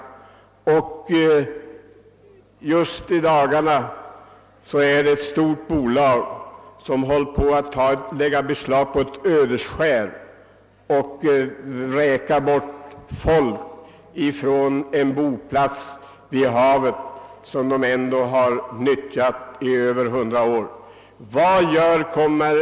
Just i dagarna håller ett stort bolag på att lägga beslag på ett ödeskär och vräka bort människor från den boplats vid fiskeläget som de nyttjat i över 100 år. De handlar så inte för att de har rätt utan ekonomisk makt.